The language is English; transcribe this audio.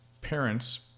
parents